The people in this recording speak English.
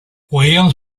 williams